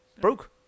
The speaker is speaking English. Broke